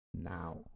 Now